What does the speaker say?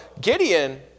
Gideon